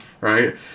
right